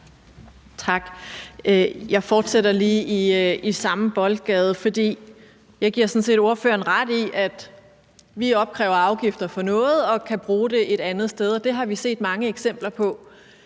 Tak. Jeg fortsætter lige i samme boldgade, for jeg giver sådan set ordføreren ret i, at vi opkræver afgifter for noget og kan bruge det et andet sted, og det har vi set mange eksempler på.